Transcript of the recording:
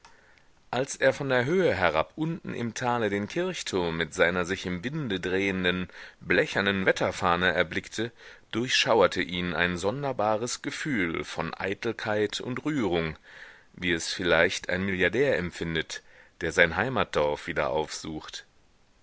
als er von der höhe herab unten im tale den kirchturm mit seiner sich im winde drehenden blechernen wetterfahne erblickte durchschauerte ihn ein sonderbares gefühl von eitelkeit und rührung wie es vielleicht ein milliardär empfindet der sein heimatdorf wieder aufsucht